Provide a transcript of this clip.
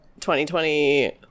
2020